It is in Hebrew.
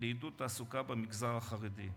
לעידוד התעסוקה במגזר החרדי.